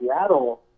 Seattle